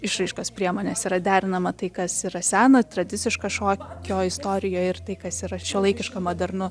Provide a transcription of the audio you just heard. išraiškos priemonės yra derinama tai kas yra sena tradiciška šokio istorijoj ir tai kas yra šiuolaikiška modernu